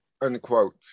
unquote